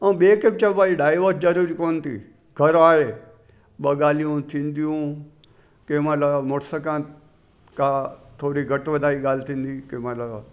ऐं ॿिए खे बि चओ भाइ डाइवोर्स ज़रूरी कोन थी घरु आहे ॿ ॻाल्हियूं थींदियूं कंहिं महिल मुड़ुस खां का थोरी घटि वधाई ॻाल्हि थींदी कंहिं महिल